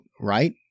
right